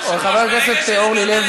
קיבלת את המסקנה של השר,